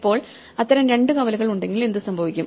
ഇപ്പോൾ അത്തരം 2 കവലകൾ ഉണ്ടെങ്കിൽ എന്തുസംഭവിക്കും